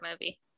movie